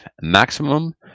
maximum